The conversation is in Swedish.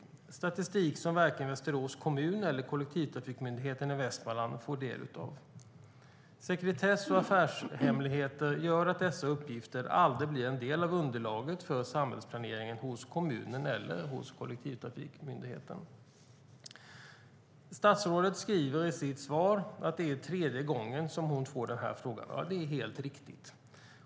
Det är statistik som varken Västerås kommun eller Kollektivtrafikmyndigheten i Västmanland får del av. Sekretess och affärshemligheter gör att dessa uppgifter aldrig blir en del av underlaget för samhällsplaneringen hos kommunen eller kollektivtrafikmyndigheten. Statsrådet skriver i sitt svar att det är tredje gången som får frågan. Det är helt riktigt.